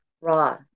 raw